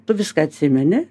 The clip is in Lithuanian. tu viską atsimeni